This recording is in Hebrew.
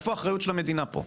איפה האחריות של המדינה פה?